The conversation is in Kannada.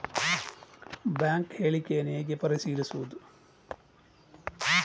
ಬ್ಯಾಂಕ್ ಹೇಳಿಕೆಯನ್ನು ಹೇಗೆ ಪರಿಶೀಲಿಸುವುದು?